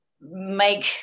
make